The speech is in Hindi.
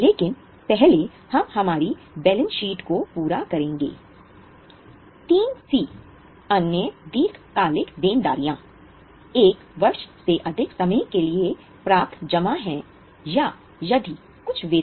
लेकिन पहले हम हमारी बैलेंस शीट को पूरा करेंगे